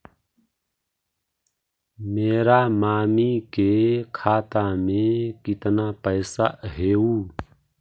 मेरा मामी के खाता में कितना पैसा हेउ?